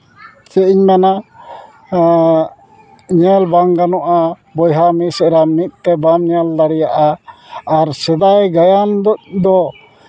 ᱪᱮᱫ ᱤᱧ ᱢᱮᱱᱟ ᱧᱮᱞ ᱵᱟᱝ ᱜᱟᱱᱚᱜᱼᱟ ᱵᱚᱭᱦᱟ ᱢᱤᱥᱨᱟ ᱢᱤᱫᱛᱮ ᱵᱟᱢ ᱧᱮᱞ ᱫᱟᱲᱮᱭᱟᱜᱼᱟ ᱟᱨ ᱥᱮᱫᱟᱭ ᱜᱟᱭᱟᱱ ᱫᱚ